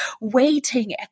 waiting